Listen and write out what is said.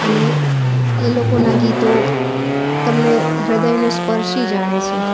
અને એ લોકોના ગીતો તમને હૃદયને સ્પર્શી જાણે છે